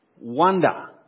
wonder